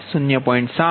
5 0